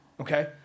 okay